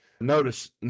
Notice